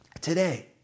today